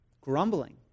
Grumbling